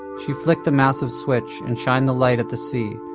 she flicked the massive switch and shined the light at the sea,